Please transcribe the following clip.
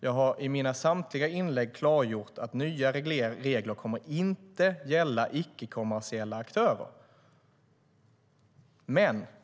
Jag har i samtliga mina inlägg klargjort att nya regler inte kommer att gälla icke-kommersiella aktörer.